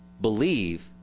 believe